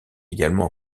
également